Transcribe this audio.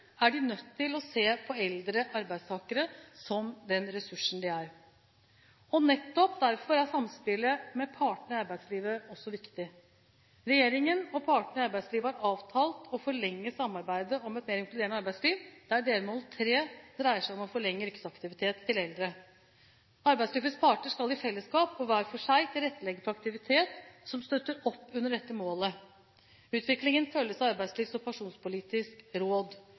er de nødt til å se på eldre arbeidstakere som den ressursen de er. Nettopp derfor er samspillet med partene i arbeidslivet også viktig. Regjeringen og partene i arbeidslivet har avtalt å forlenge samarbeidet om et mer inkluderende arbeidsliv, der delmål 3 dreier seg om å forlenge yrkesaktiviteten til eldre. Arbeidslivets parter skal i fellesskap og hver for seg tilrettelegge for aktivitet som støtter opp under dette målet. Utviklingen følges av Arbeidslivs- og pensjonspolitisk råd.